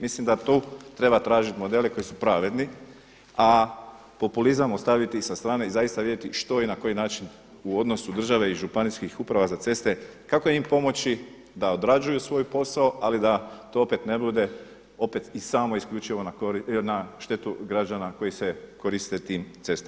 Mislim da tu treba tražiti modele koji su pravedni a populizam ostaviti sa strane i zaista vidjeti što i na koji način u odnosu države i županijskih uprava za ceste, kako im pomoći da odrađuju svoj posao ali da to opet ne bude, opet i samo isključivo na štetu građana koji se koriste tim cestama.